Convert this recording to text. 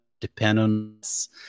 dependence